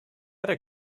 other